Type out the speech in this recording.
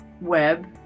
web